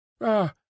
Ah